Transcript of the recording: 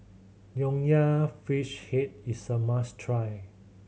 Nonya Fish Head is a must try